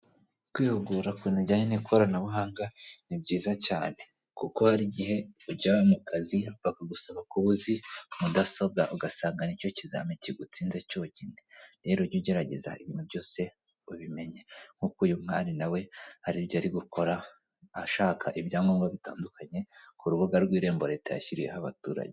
Kwihugura ku bintu bijyanye n'ikoranabuhanga ni byiza cyane kuko hari igihe ujya mu kazi bakagusaba ku uzi mudasobwa ugasanga n'icyo kizamini kigutsinze cyonyine, rero ujye ugerageza ibintu byose ubimenye nk'uko uyu mwari nawe hari ibyo ari gukora ashaka ibyangombwa bitandukanye ku rubuga rw'irembo leta yashyiriyeho abaturage.